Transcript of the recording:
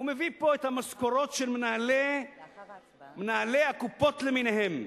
ומביא פה את המשכורות של מנהלי הקופות למיניהן.